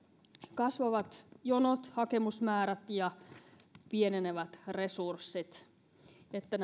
kasvavat jonot hakemusmäärät ja pienenevät resurssit niin että